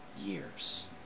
years